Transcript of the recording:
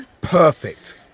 Perfect